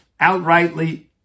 outrightly